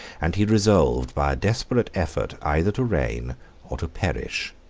and he resolved, by a desperate effort either to reign or to perish.